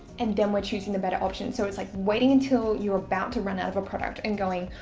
and then we're choosing the better option. so it's like waiting until you're about to run out of a product and going,